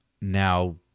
Now